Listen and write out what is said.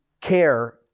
care